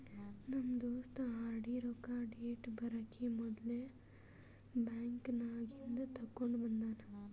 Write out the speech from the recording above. ನಮ್ ದೋಸ್ತ ಆರ್.ಡಿ ರೊಕ್ಕಾ ಡೇಟ್ ಬರಕಿ ಮೊದ್ಲೇ ಬ್ಯಾಂಕ್ ನಾಗಿಂದ್ ತೆಕ್ಕೊಂಡ್ ಬಂದಾನ